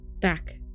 Back